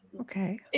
Okay